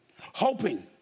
Hoping